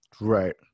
Right